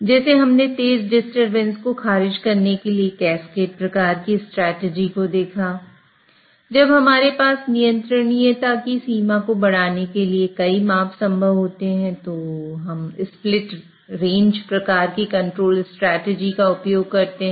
जैसे हमने तेज डिस्टरबेंस को खारिज करने के लिए कैस्केड का उपयोग कर सकते हैं